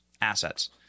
assets